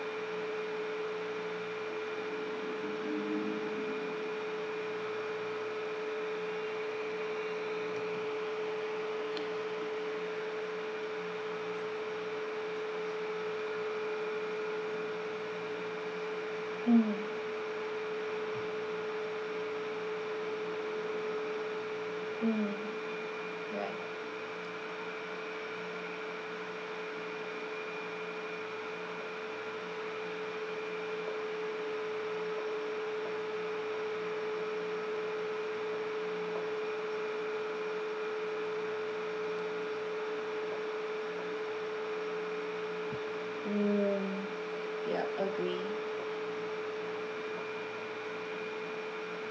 mm mm right mm